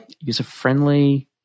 user-friendly